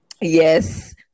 Yes